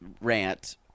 rant